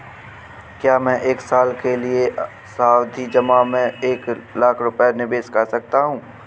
क्या मैं एक साल के लिए सावधि जमा में एक लाख रुपये निवेश कर सकता हूँ?